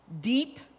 deep